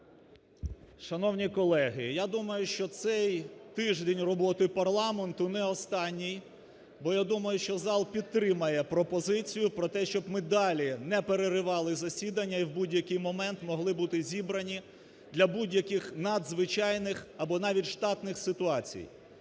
Шановні колеги! Я думаю, що цей тиждень роботи парламенту не останній. Бо я думаю, що зал підтримає пропозицію про те, щоб ми далі не переривали засідання і в будь-який момент могли бути зібрані для будь-яких надзвичайних або навіть штатних ситуацій.